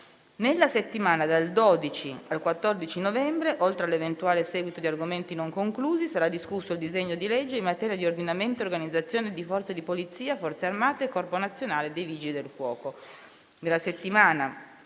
Nella settimana dal 12 al 14 novembre, oltre all'eventuale seguito di argomenti non conclusi, sarà discusso il disegno di legge in materia di ordinamento e organizzazione di Forze di polizia, Forze armate e Corpo nazionale dei vigili del fuoco.